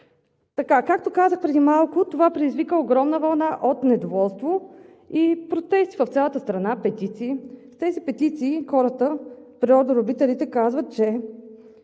Така, както казах преди малко, това предизвика огромна вълна от недоволство и протести в цялата страна – петиции. С тези петиции хората – природолюбителите, казват, че